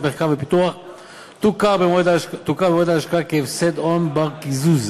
מחקר ופיתוח תוכר במועד ההשקעה כהפסד הון בר-קיזוז